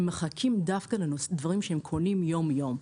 הם מחכים דווקא לדברים שהם קונים יום-יום.